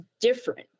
different